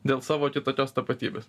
dėl savo kitokios tapatybės